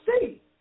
see